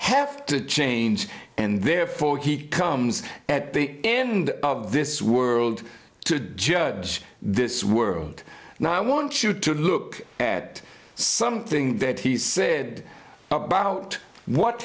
have to change and therefore he comes at the end of this world to judge this world and i want you to look at something that he said about what